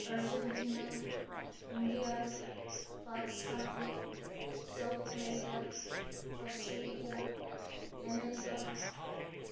Argentina India Pakistan south America Australia America